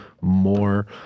more